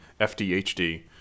FDHD